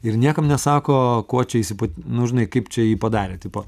ir niekam nesako kuo čia jisai ypat nu žinai kaip čia ji padarė tipo